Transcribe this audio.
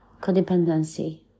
codependency